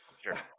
Sure